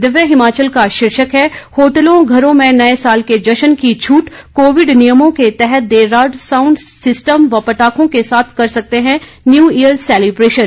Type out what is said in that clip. दिव्य हिमाचल का शीर्षक है होटलों घरों में नए साल के जश्न की छूट कोविड नियमों के तहत देर रात साउंड सिस्टम व पटाखों के साथ कर सकते हैं न्यू ईयर सैलिब्रेशन